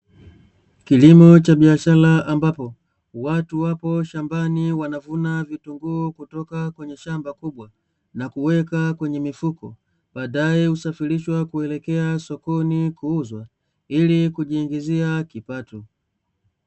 Kilimo cha biashara, ambapo watu wapo shambani wanavuna vitunguu kutoka kwenye shamba kubwa na kuweka kwenye mifuko baadae husafirishwa kuelekea sokoni kuuzwa ili kujiingizia kipato.